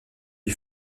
lui